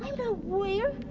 no warrior.